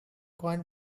coin